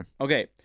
Okay